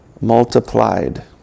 multiplied